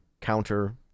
counter